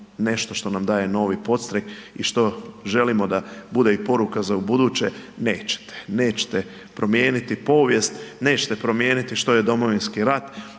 nešto što nam daje novi podstrek i što želimo da bude i poruka za ubuduće, nećete, nećete promijeniti povijest, nećete promijeniti što je Domovinski rat,